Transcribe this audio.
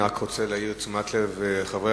אני רק רוצה להעיר את תשומת לב חברי